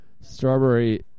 Strawberry